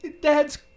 dad's